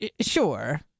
Sure